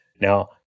Now